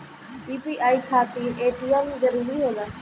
UPI खातिर ATM जरूरी होला?